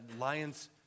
lions